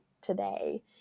today